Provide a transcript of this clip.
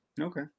Okay